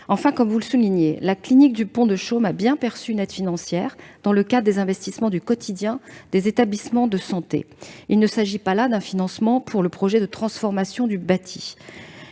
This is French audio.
Enfin, comme vous le soulignez, la clinique du Pont de Chaume a bien perçu une aide financière dans le cadre des investissements du quotidien des établissements de santé. Il ne s'agit pas là d'un financement pour un projet de transformation du bâti.